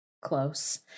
close